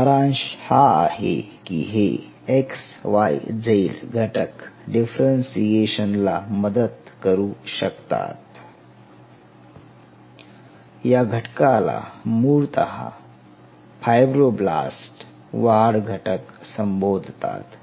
सारांश हा आहे की हे X Y Z घटक डिफरेन्ससीएशन ला मदत करू शकतात या घटकाला मुळतः फायब्रोब्लास्ट वाढ घटक संबोधतात